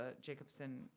Jacobson